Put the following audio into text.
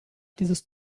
dieses